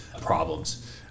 problems